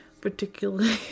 particularly